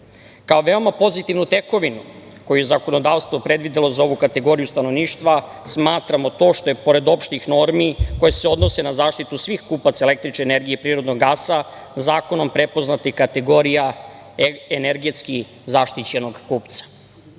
veoma pozitivnu tekovinu koju je zakonodavstvo predvidelo za ovu kategoriju stanovništva smatramo to što je pored opštih normi koje se odnose na zaštitu svih kupaca električne energije i prirodnog gasa zakonom prepoznata kategorija energetski zaštićenog kupca.